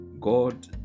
God